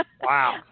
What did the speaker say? Wow